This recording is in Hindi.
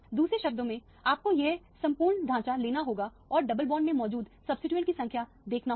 दूसरे शब्दों में आपको यह संपूर्ण ढांचा लेना होगा और डबल बॉन्ड में मौजूद सब्सीट्यूएंट की संख्या को देखना होगा